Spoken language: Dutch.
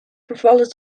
vervallen